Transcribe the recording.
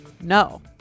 No